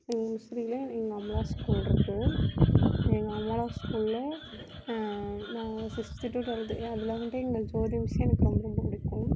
எங்கள் முசிறியில் எ எங்கள் அமலா ஸ்கூலிருக்கு எங்கள் அமலா ஸ்கூலில் நான் ஃபிஃப்த் டூ ட்வெல்த் ஏ அதில் வந்து எங்கள் ஜோதி மிஸ் எனக்கு ரொம்ப ரொம்ப பிடிக்கும்